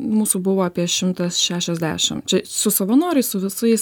mūsų buvo apie šimtas šešiasdešim čia su savanoriais su visais